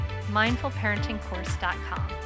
MindfulParentingCourse.com